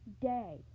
day